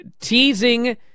teasing